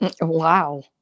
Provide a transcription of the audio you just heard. Wow